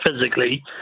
physically